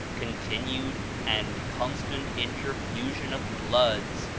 continued and constant interfusion of bloods,